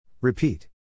Repeat